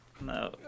No